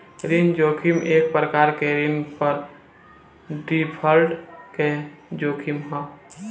ऋण जोखिम एक प्रकार के ऋण पर डिफॉल्ट के जोखिम ह